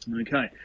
Okay